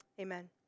Amen